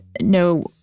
no